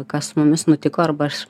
kas su mumis nutiko arba aš